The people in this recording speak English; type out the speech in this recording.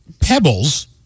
Pebbles